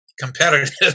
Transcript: competitive